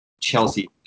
Chelsea